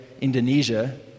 Indonesia